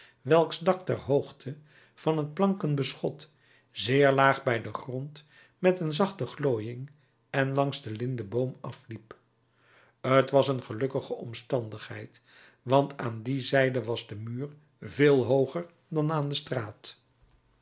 welks dak ter hoogte van het planken beschot zeer laag bij den grond met een zachte glooiing en langs den lindeboom afliep t was een gelukkige omstandigheid want aan die zijde was de muur veel hooger dan aan de straat